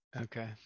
okay